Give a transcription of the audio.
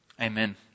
Amen